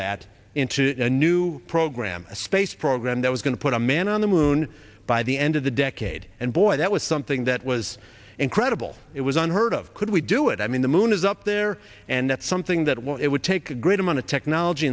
that into a new program a space program that was going to put a man on the moon by the end of the decade and boy that was something that was incredible it was unheard of could we do it i mean the moon is up there and that's something that well it would take a great amount of technology